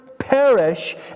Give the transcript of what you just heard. perish